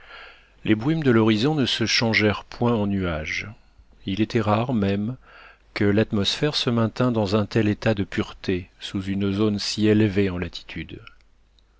les brumes de l'horizon ne se changèrent point en nuages il était rare même que l'atmosphère se maintînt dans un tel état de pureté sous une zone si élevée en latitude